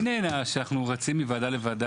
אני נהנה שאנחנו רצים מוועדה לוועדה